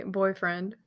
boyfriend